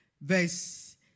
verse